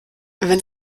wenn